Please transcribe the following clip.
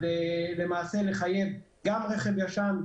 אז למעשה לחייב גם רכב ישן,